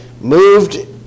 moved